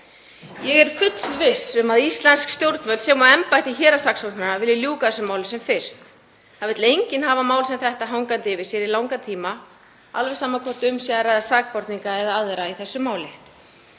Ég er fullviss um að íslensk stjórnvöld sem og embætti héraðssaksóknara vilji ljúka þessu máli sem fyrst. Það vill enginn hafa mál sem þetta hangandi yfir sér í langan tíma, alveg sama hvort um er að ræða sakborninga eða aðra í þessu máli.